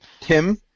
Tim